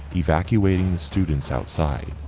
evacuating the students outside.